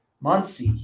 Muncie